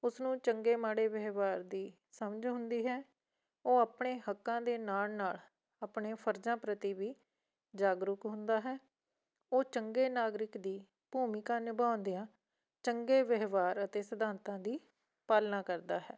ਉਸਨੂੰ ਚੰਗੇ ਮਾੜੇ ਵਿਵਹਾਰ ਦੀ ਸਮਝ ਹੁੰਦੀ ਹੈ ਉਹ ਆਪਣੇ ਹੱਕਾਂ ਦੇ ਨਾਲ ਨਾਲ ਆਪਣੇ ਫਰਜ਼ਾਂ ਪ੍ਰਤੀ ਵੀ ਜਾਗਰੂਕ ਹੁੰਦਾ ਹੈ ਉਹ ਚੰਗੇ ਨਾਗਰਿਕ ਦੀ ਭੂਮਿਕਾ ਨਿਭਾਉਂਦਿਆ ਚੰਗੇ ਵਿਵਹਾਰ ਅਤੇ ਸਿਧਾਂਤਾਂ ਦੀ ਪਾਲਣਾ ਕਰਦਾ ਹੈ